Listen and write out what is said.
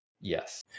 Yes